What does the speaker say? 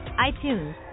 iTunes